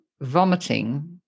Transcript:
vomiting